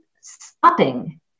stopping